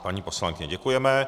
Paní poslankyně, děkujeme.